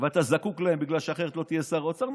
ואתה זקוק להם בגלל שאחרת לא תהיה שר אוצר?